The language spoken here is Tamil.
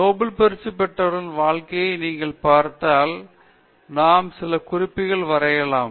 நோபல் பரிசு பெற்றவர்களின் வாழ்க்கையை நீங்கள் பார்த்தால் நாம் சில குறிப்புகள் வரையலாம்